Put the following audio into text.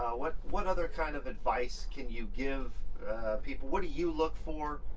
what what other kind of advice can you give people? what do you look for